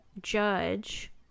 judge